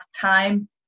time